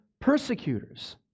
persecutors